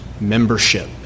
membership